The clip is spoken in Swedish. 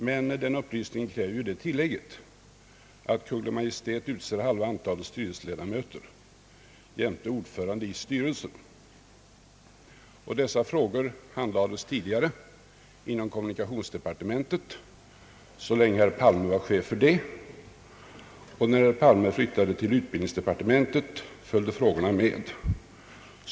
Men den upplysningen kräver tillägget att Kungl. Maj:t utser halva antalet styrelseledamöter jämte ordföranden i styrelsen. Dessa frågor handlades tidigare inom kommunikationsdepartementet så länge herr Palme var chef för det. När han flyttade till utbildningsdepartementet följde frågorna med honom.